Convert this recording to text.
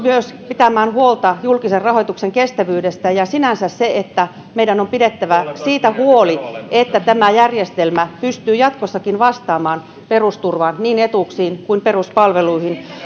pitämään huolta myös julkisen rahoituksen kestävyydestä ja sinänsä meidän on pidettävä huolta siitä että järjestelmä pystyy jatkossakin vastaamaan perusturvasta niin etuuksista kuin peruspalveluista